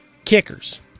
Kickers